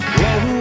whoa